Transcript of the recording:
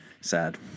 sad